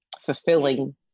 fulfilling